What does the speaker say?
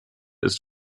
ist